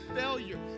failure